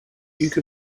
duke